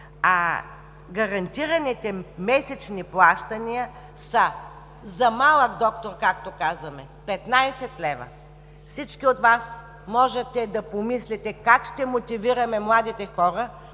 гарантираните месечни плащания са: за „малък доктор“, както казваме, 15 лв. Всички от Вас можете да помислите как ще мотивираме младите хора